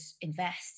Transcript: invest